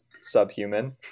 subhuman